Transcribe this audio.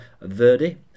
Verdi